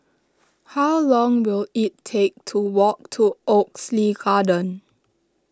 how long will it take to walk to Oxley Garden